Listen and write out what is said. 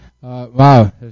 Wow